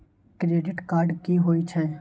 Credit card की होय छै?